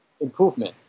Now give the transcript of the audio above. improvement